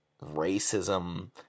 racism